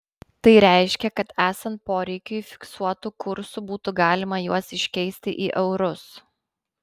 tai reiškia kad esant poreikiui fiksuotu kursu būtų galima juos iškeisti į eurus